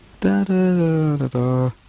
Da-da-da-da-da